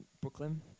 Brooklyn